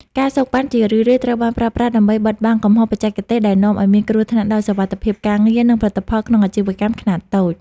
ការសូកប៉ាន់ ជារឿយៗត្រូវបានប្រើប្រាស់ដើម្បីបិទបាំងកំហុសបច្ចេកទេស ដែលនាំឱ្យមានគ្រោះថ្នាក់ដល់សុវត្ថិភាពការងារ និងផលិតផលក្នុងអាជីវកម្មខ្នាតតូច។